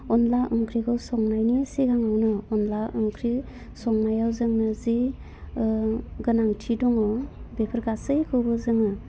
अनला ओंख्रिखौ संनायनि सिगांनो अनला ओंख्रि संनायाव जोंनो जे गोनांथि दङ बेफोर गासैखौबो जोङो